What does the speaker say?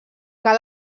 car